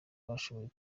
bashoboye